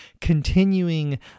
continuing